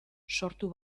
sortu